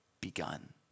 begun